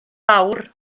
fawr